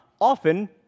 often